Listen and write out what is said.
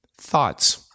Thoughts